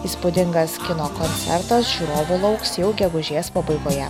įspūdingas kino koncertas žiūrovų lauks jau gegužės pabaigoje